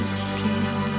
skin